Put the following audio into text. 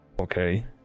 Okay